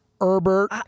Herbert